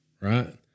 right